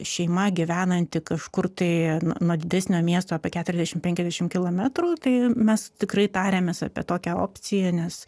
šeima gyvenanti kažkur tai n nuo didesnio miesto apie keturiasdešim penkiasdešim kilometrų tai mes tikrai tariamės apie tokią opciją nes